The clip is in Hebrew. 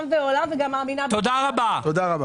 תודה רבה.